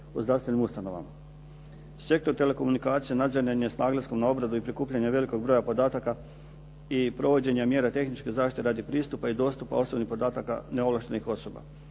o zdravstvenim ustanovama. Sektor telekomunikacije ... s naglaskom na obradu i prikupljanje velikog broja podataka i provođenja mjera tehničke zaštite radi pristupa i dostupa osobnih podatka neovlaštenih osoba.